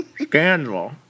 Scandal